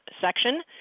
section